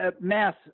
math